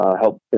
help